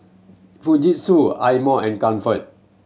Fujitsu Eye Mo and Comfort